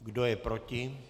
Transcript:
Kdo je proti?